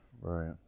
Right